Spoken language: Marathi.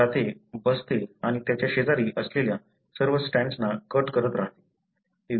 ते जाते बसते आणि त्याच्या शेजारी असलेल्या सर्व स्ट्रॅन्डसना कट करत राहते